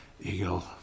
Eagle